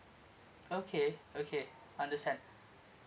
okay okay understand